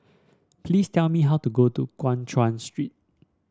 please tell me how to go to Guan Chuan Street